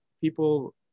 people –